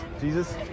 Jesus